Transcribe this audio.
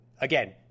again